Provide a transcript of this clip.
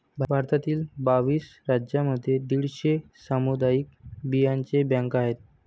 भारतातील बावीस राज्यांमध्ये दीडशे सामुदायिक बियांचे बँका आहेत